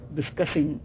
discussing